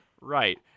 Right